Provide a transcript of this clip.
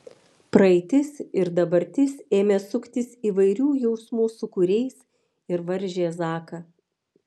praeitis ir dabartis ėmė suktis įvairių jausmų sūkuriais ir varžė zaką